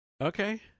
Okay